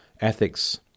ethics